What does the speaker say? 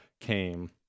came